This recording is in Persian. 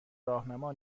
راهنما